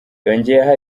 yongeyeho